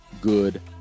good